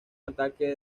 ataque